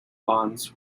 bonds